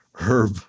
Herb